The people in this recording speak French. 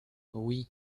oui